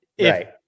Right